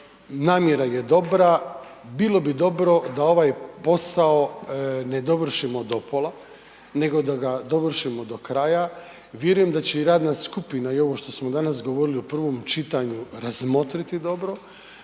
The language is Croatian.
namjera je dobra, bilo bi dobro da ovaj posao ne dovršimo do pola, nego da ga dovršimo do kraja. Vjerujem da će i radna skupina i ovo što smo danas govorili u prvom čitanju razmotriti dobro,